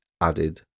added